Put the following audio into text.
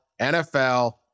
NFL